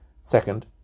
Second